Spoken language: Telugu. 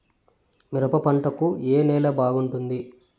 మిరప పంట కు ఏ నేల బాగుంటుంది?